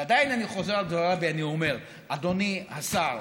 ועדיין אני חוזר על דבריי ואני אומר, אדוני השר: